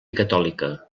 catòlica